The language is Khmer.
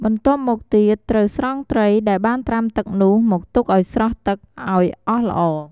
បន្ទាប់មកទៀត ត្រូវស្រង់ត្រីដែលបានត្រាំទឹកនោះមកទុកឱ្យស្រក់ទឹកឱ្យអស់ល្អ។